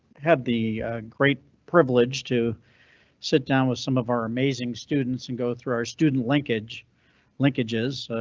had the great privilege to sit down with some of our amazing students and go through our student linkage linkages.